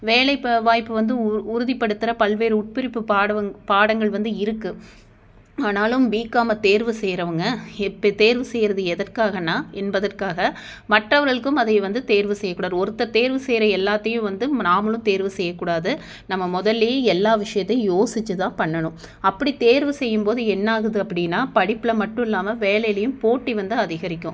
வேலை இப்போ வாய்ப்பு வந்து உ உறுதிப்படுத்துகிற பல்வேறு உட்பிரிப்பு பாடங் பாடங்கள் வந்து இருக்குது ஆனாலும் பிகாமை தேர்வு செய்கிறவங்க எப்பிடி தேர்வு செய்கிறது எதற்காகன்னா என்பதற்காக மற்றவர்களுக்கும் அதை வந்து தேர்வு செய்யக்கூடாது ஒருத்தர் தேர்வு செய்கிற எல்லாத்தையும் வந்து நம்ம நாம்மளும் தேர்வு செய்யக்கூடாது நம்ம முதல்லயே எல்லா விஷயத்தையும் யோசித்து தான் பண்ணணும் அப்படி தேர்வு செய்யும் போது என்ன ஆகுது அப்படின்னா படிப்பில் மட்டும் இல்லாமல் வேலைலேயும் போட்டி வந்து அதிகரிக்கும்